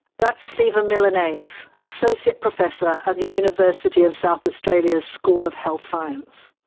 that's steven milanese, associate professor at the university of south australia's school of health science.